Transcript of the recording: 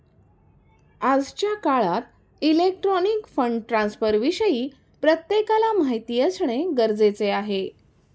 आजच्या काळात electronic fund ट्रान्स्फरविषयी प्रत्येकाला माहिती असणे गरजेचे आहे